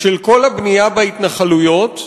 של כל הבנייה בהתנחלויות,